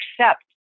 accept